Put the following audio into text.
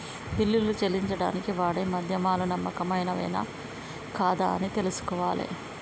బిల్లులు చెల్లించడానికి వాడే మాధ్యమాలు నమ్మకమైనవేనా కాదా అని ఎలా తెలుసుకోవాలే?